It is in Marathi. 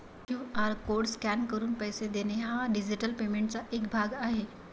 क्यू.आर कोड स्कॅन करून पैसे देणे हा डिजिटल पेमेंटचा एक भाग आहे